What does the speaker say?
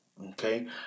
Okay